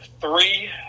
Three